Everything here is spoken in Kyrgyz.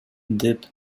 деп